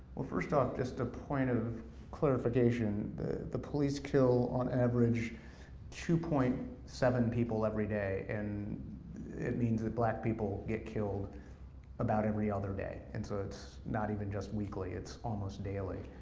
well first off, just a point of clarification, the the police kill on average two point seven people everyday, and it means that black people get killed about every other day, and so it's not even just weekly, it's almost daily.